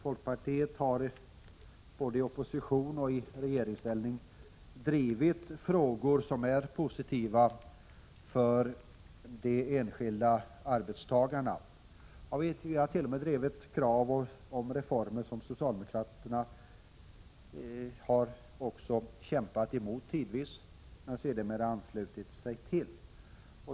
Folkpartiet har både i opposition och i regeringsställning drivit frågor som är positiva för de enskilda arbetstagarna. Vi har t.o.m. drivit krav om reformer som socialdemokraterna tidvis kämpat emot men sedermera anslutit sig till.